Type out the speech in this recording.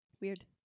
Weird